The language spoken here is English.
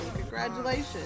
Congratulations